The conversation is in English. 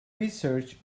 research